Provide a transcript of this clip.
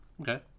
Okay